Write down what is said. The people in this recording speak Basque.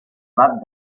bat